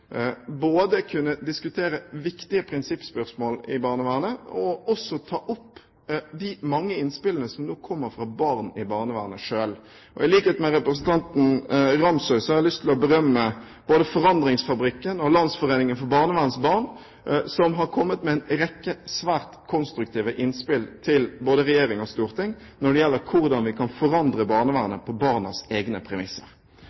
både skal kunne diskutere viktige prinsippspørsmål i barnevernet og også ta opp de mange innspillene som nå kommer fra barn i barnevernet selv. I likhet med representanten Nilsson Ramsøy har jeg lyst til å berømme både Forandringsfabrikken og Landsforeningen for barnevernsbarn, som har kommet med en rekke svært konstruktive innspill til både regjering og storting når det gjelder hvordan vi kan forandre barnevernet på barnas egne premisser.